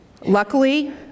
Luckily